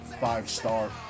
five-star